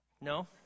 No